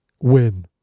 win